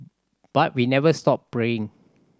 but we never stop praying